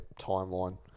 timeline